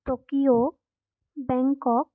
Tokyo Bangkok